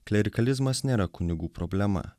klerikalizmas nėra kunigų problema